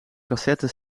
cassette